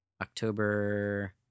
October